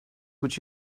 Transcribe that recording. would